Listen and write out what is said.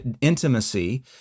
intimacy